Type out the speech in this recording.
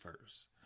first